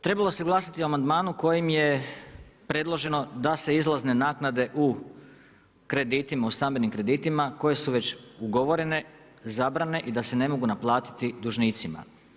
Trebalo se glasati o amandmanu kojim je predloženo da se izlazne naknade u kreditima, u stambenim kreditima koje su već ugovorene zabrane i da se ne mogu naplatiti dužnicima.